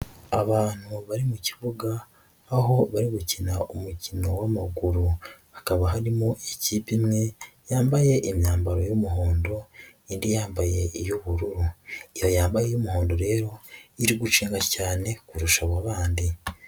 Abantu bari mu kibuga aho bari gukina umukino w'amaguru, hakaba harimo ikipe imwe yambaye imyambaro y'umuhondo indi yambaye iy'ubururu. Iyo yambaye umuhondo rero iri gukina cyane kurusha abo bandi.